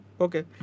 Okay